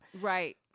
Right